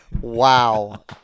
wow